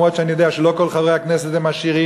גם אם אני יודע שלא כל חברי הכנסת הם עשירים,